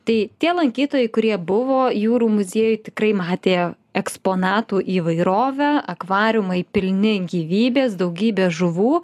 tai tie lankytojai kurie buvo jūrų muziejuj tikrai matė eksponatų įvairovę akvariumai pilni gyvybės daugybė žuvų